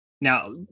Now